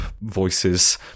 voices